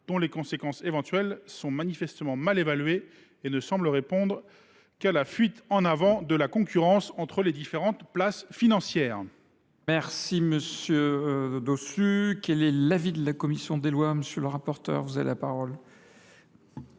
dont les conséquences éventuelles sont manifestement mal évaluées et ne semblent répondre qu’à la fuite en avant de la concurrence entre les différentes places financières. Quel est l’avis de la commission des lois ? Cet amendement vise à supprimer